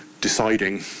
deciding